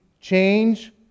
change